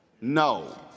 No